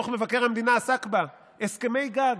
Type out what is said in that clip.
דוח מבקר המדינה עסק בה: הסכמי גג.